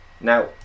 now